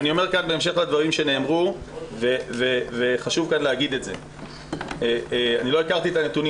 בהמשך לדברים שנאמרו אני אומר וחשוב לומר שלא הכרתי את הנתונים